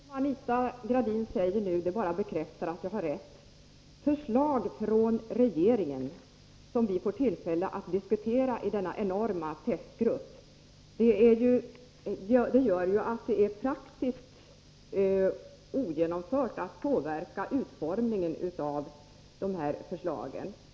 Det som Anita Gradin säger nu bekräftar bara att jag har rätt. Förslag från regeringen får vi tillfälle att diskutera i denna enorma testgrupp. Det gör att det är praktiskt ogenomförbart att påverka utformningen av förslagen.